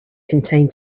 contains